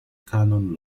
canon